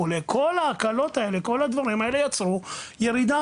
כל ההקלות האלה וכל הדברים האלה יצרו ירידה